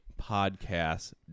podcast